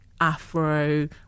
Afro